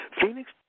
Phoenix